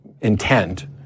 intent